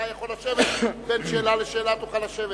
אתה יכול לשבת, בין שאלה לשאלה, תוכל לשבת.